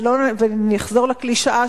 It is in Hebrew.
ואני אחזור על הקלישאה,